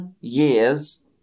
years